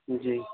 جی